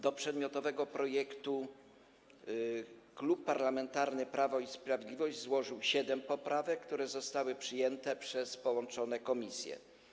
Do przedmiotowego projektu Klub Parlamentarny Prawo i Sprawiedliwość złożył siedem poprawek, które zostały przyjęte przez połączone komisje.